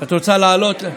את רוצה להעלות?